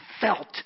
felt